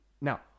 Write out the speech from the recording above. Now